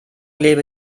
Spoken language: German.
lebe